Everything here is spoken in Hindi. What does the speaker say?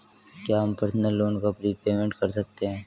क्या हम पर्सनल लोन का प्रीपेमेंट कर सकते हैं?